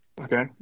Okay